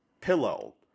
pillow